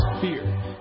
fear